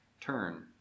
turn